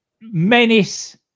menace